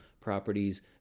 properties